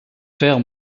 faire